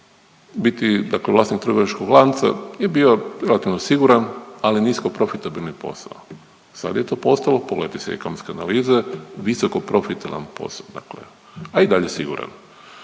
dakle vlasnik trgovačkog lanca i bio relativno siguran, ali nisko profitabilni posao. Sad je to postalo, pogledajte si ekonomske analize, visoko profitabilan posao dakle, a i dalje siguran.